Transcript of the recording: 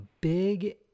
big